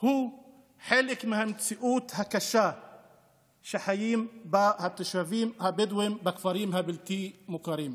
הוא חלק מהמציאות הקשה שחיים בה התושבים הבדואים בכפרים הבלתי-מוכרים.